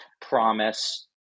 promise